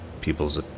people's